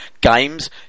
games